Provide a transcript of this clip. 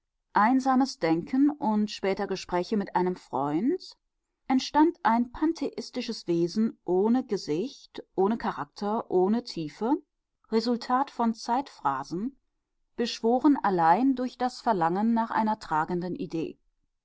einsames denken und später gespräche mit einem freund entstand ein pantheistisches wesen ohne gesicht ohne charakter ohne tiefe resultat von zeitphrasen beschworen allein durch das verlangen nach einer tragenden idee